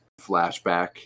flashback